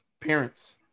parents